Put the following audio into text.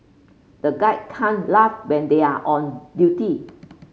the guard can't laugh when they are on duty